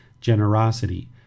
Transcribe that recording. generosity